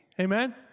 Amen